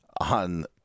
on